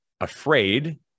afraid